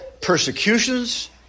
persecutions